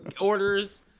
orders